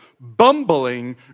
bumbling